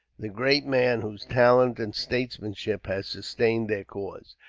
the great man whose talent and statesmanship had sustained their cause.